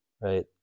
right